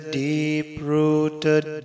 deep-rooted